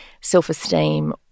self-esteem